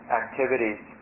activities